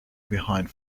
behind